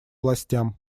властям